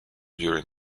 during